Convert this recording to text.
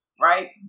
Right